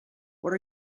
what